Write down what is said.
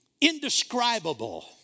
indescribable